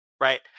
Right